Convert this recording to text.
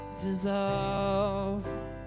dissolve